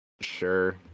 sure